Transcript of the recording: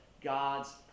God's